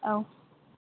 औ